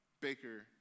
Baker